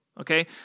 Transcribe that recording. okay